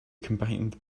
combined